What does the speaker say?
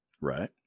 Right